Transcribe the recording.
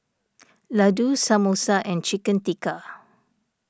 Ladoo Samosa and Chicken Tikka